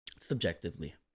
Subjectively